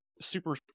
super